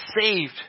saved